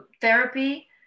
therapy